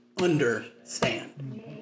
understand